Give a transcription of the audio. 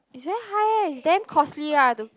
it's very high eh it's damn costly ah to